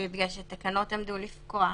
בגלל שהתקנות עמדו לפקוע.